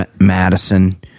Madison